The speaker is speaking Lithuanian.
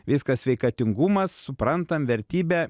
viskas sveikatingumas suprantam vertybė